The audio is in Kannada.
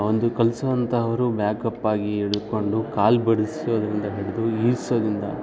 ಒಂದು ಕಲಿಸುವಂಥವ್ರು ಬ್ಯಾಕಪ್ಪಾಗಿ ಹಿಡ್ಕೊಂಡು ಕಾಲು ಬಡಿಸೋದ್ರಿಂದ ಹಿಡಿದು ಈರ್ಸೋದ್ರಿಂದ